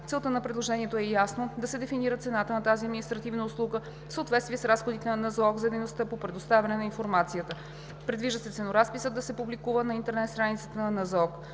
Целта на предложението е ясно да се дефинира цената на тази административна услуга в съответствие с разходите на НЗОК за дейността по предоставяне на информацията. Предвижда се ценоразписът да се публикува на интернет страницата на НЗОК.